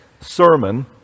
sermon